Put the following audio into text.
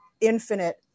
infinite